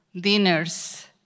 dinners